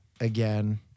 again